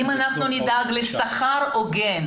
אם אנחנו נדאג לשכר הוגן